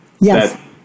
Yes